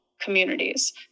communities